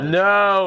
no